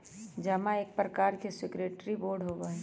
जमा एक प्रकार के सिक्योरिटी होबा हई